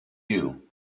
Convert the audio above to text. you